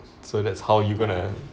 so that's how you going to